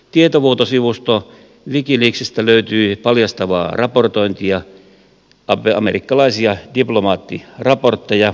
tietovuotosivusto wikileaksista löytyi paljastavaa raportointia amerikkalaisia diplomaattiraportteja